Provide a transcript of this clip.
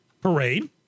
parade